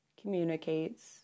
communicates